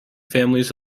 families